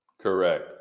Correct